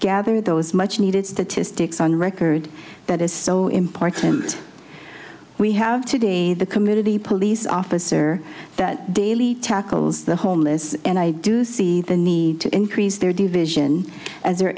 gather those much needed statistics on record that is so important we have today the community police officer that daily tackles the homeless and i do see the need to increase their division as